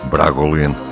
Bragolin